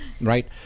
right